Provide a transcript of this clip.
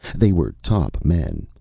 they were top men.